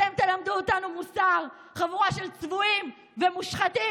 אתם תלמדו אותנו מוסר, חבורה של צבועים ומושחתים?